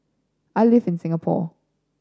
I live in Singapore